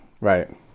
right